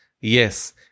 Yes